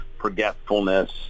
forgetfulness